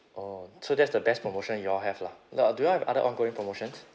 orh so that's the best promotion you all have lah d~ uh do you all have other ongoing promotions